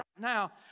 now